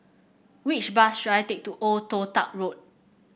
which bus should I take to Old Toh Tuck Road